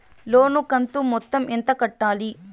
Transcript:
లోను కంతు మొత్తం ఎంత కట్టాలి?